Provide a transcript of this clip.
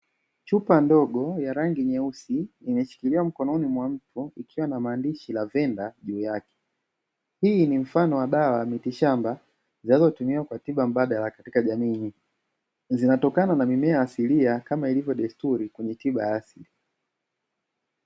Chupa ndogo ya rangi nyeusi imeshikiliwa mkononi mwa mtu, ikiwa na maandishi lavenda juu yake hii ni mfano wa dawa miti shamba zinazotumiwa kwa tiba mbadala katika jamii, zinatokana na mimea asilia kama ilivyo desturi kwenye tiba ya asili.